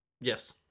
Yes